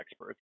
experts